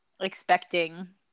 expecting